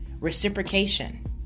reciprocation